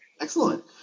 Excellent